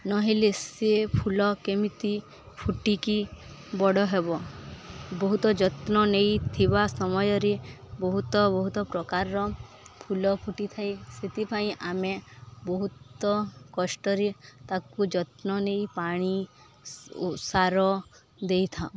ନହେଲେ ସେ ଫୁଲ କେମିତି ଫୁଟିକି ବଡ଼ ହେବ ବହୁତ ଯତ୍ନ ନେଇଥିବା ସମୟରେ ବହୁତ ବହୁତ ପ୍ରକାରର ଫୁଲ ଫୁଟିଥାଏ ସେଥିପାଇଁ ଆମେ ବହୁତ କଷ୍ଟରେ ତାକୁ ଯତ୍ନ ନେଇ ପାଣି ଓ ସାର ଦେଇଥାଉ